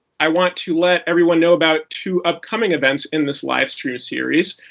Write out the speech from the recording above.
i want to let everyone know about two upcoming events in this live stream series.